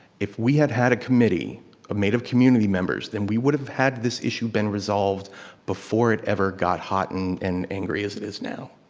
if we had had a committee made of community members then we would've had this issue been resolved before it ever got hot and and angry as it is now.